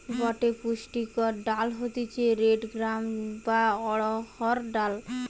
গটে পুষ্টিকর ডাল হতিছে রেড গ্রাম বা অড়হর ডাল